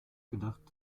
gedacht